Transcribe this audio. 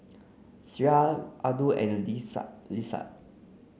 Syirah Abdul and Lestari Lestari